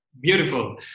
Beautiful